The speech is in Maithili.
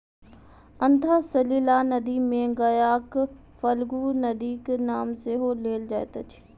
अंतः सलिला नदी मे गयाक फल्गु नदीक नाम सेहो लेल जाइत अछि